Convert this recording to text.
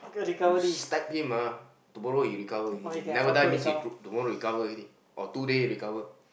you stabbed him ah tomorrow he recover he he never dies means to~ tomorrow he recover already or two day recover